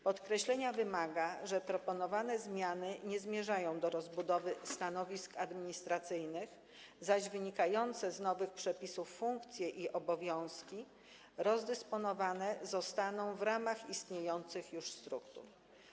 Podkreślenia wymaga, że proponowane zmiany nie zmierzają do rozbudowy stanowisk administracyjnych, zaś wynikające z nowych przepisów funkcje i obowiązki rozdysponowane zostaną w ramach już istniejących struktur.